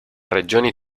regioni